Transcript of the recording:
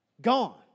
Gone